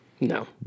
No